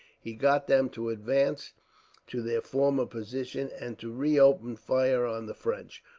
he got them to advance to their former position and to reopen fire on the french,